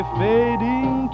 fading